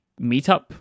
meetup